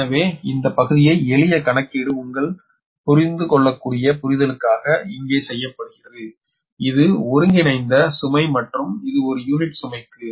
எனவே இந்த பகுதி எளிய கணக்கீடு உங்கள் புரிந்துகொள்ளக்கூடிய புரிதலுக்காக இங்கே செய்யப்படுகிறது இது ஒருங்கிணைந்த சுமை மற்றும் இது ஒரு யூனிட் சுமைக்கு